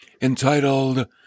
entitled